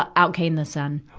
ah out came the sun.